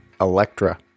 Electra